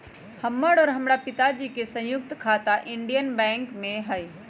हमर और हमरा पिताजी के संयुक्त खाता इंडियन बैंक में हई